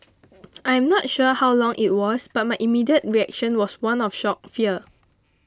I am not sure how long it was but my immediate reaction was one of shock fear